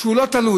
שהוא לא תלוי,